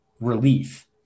relief